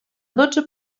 dotze